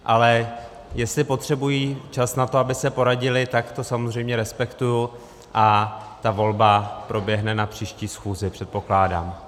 Ale jestli potřebují čas na to, aby se poradili, tak to samozřejmě respektuji a ta volba proběhne na příští schůzi, předpokládám.